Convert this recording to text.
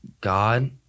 God